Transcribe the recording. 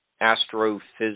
astrophysics